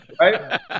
right